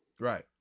Right